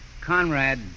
Conrad